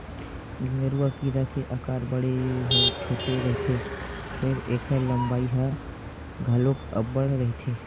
गेंगरूआ कीरा के अकार बड़े छोटे रहिथे फेर ऐखर लंबाई ह घलोक अब्बड़ रहिथे